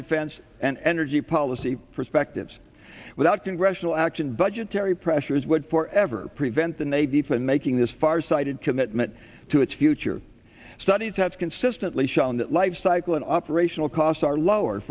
defense an energy policy perspectives without congressional action budgetary pressures would forever prevent the navy from making this farsighted commitment to its future studies have consistently shown that lifecycle and operational costs are lower